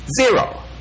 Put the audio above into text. Zero